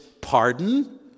pardon